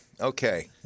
Okay